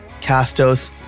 Castos